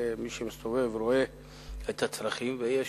מי שמסתובב רואה את הצרכים, ואכן,